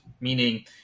Meaning